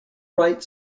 right